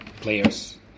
players